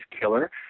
killer